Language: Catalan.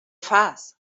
fas